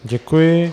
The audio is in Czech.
Děkuji.